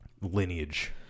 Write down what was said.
lineage